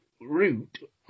route